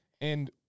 And-